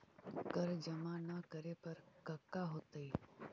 कर जमा ना करे पर कका होतइ?